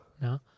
No